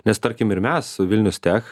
nes tarkim ir mes vilnius tech